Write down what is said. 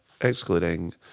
Excluding